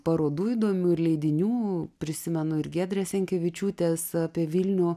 parodų įdomių leidinių prisimenu ir giedrės jankevičiūtės apie vilnių